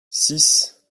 six